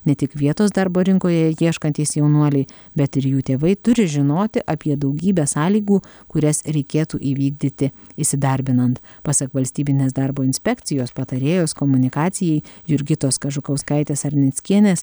ne tik vietos darbo rinkoje ieškantys jaunuoliai bet ir jų tėvai turi žinoti apie daugybę sąlygų kurias reikėtų įvykdyti įsidarbinant pasak valstybinės darbo inspekcijos patarėjos komunikacijai jurgitos kažukauskaitės sarnickienės